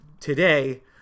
today